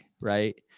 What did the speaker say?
right